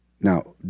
Now